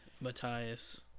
Matthias